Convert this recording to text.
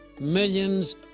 Millions